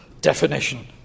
definition